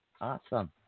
Awesome